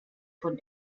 von